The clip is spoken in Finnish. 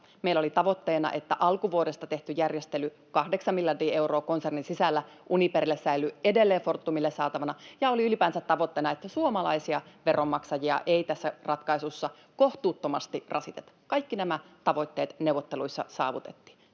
Meillä oli tavoitteena, että alkuvuodesta tehty järjestely, kahdeksan miljardia euroa konsernin sisällä Uniperille, säilyy edelleen Fortumille saatavana, ja oli ylipäänsä tavoitteena, että suomalaisia veronmaksajia ei tässä ratkaisussa kohtuuttomasti rasiteta. Kaikki nämä tavoitteet neuvotteluissa saavutettiin.